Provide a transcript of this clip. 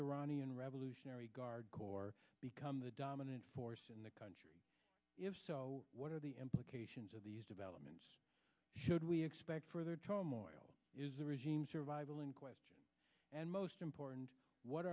iranian revolutionary guard corps become the dominant force in the country if so what are the implications of these developments should we expect further turmoil is the regime survival in question and most important what